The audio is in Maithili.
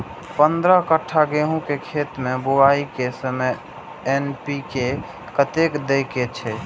पंद्रह कट्ठा गेहूं के खेत मे बुआई के समय एन.पी.के कतेक दे के छे?